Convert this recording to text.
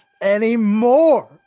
anymore